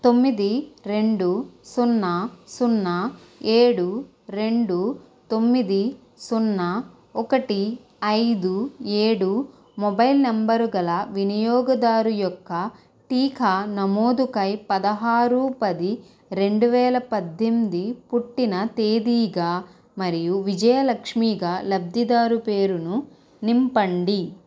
తొమ్మిది రెండు సున్నా సున్నా ఏడు రెండు తొమ్మిది సున్నా ఒకటి ఐదు ఏడు మొబైల్ నెంబరు గల వినియోగదారు యొక్క టీకా నమోదుకై పదహారు పది రెండు వేల పద్దెనిమిది పుట్టిన తేదీగా మరియు విజయ లక్ష్మీగా లబ్దిదారుని పేరును నింపండి